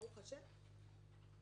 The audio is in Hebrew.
ברוך השם,